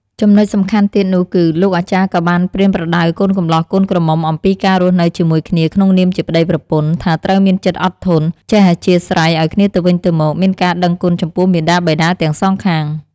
ចំណុចសំខាន់ទៀតនោះគឺ លោកអាចារ្យក៏បានប្រៀនប្រដៅកូនកម្លោះកូនក្រមុំអំពីការរស់ជាមួយគ្នាក្នុងនាមជាប្តីប្រពន្ធ ថាត្រូវមានចិត្តអត់ធន់ ចេះអធ្យាស្រ័យឱ្យគ្នាទៅវិញទៅមក មានការដឹងគុណចំពោះមាតាបិតាទាំងសងខាង។